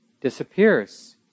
disappears